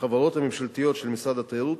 החברות הממשלתיות של משרד התיירות,